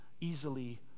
easily